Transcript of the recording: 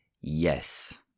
yes